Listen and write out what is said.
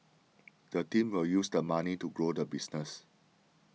the team will use the money to grow the business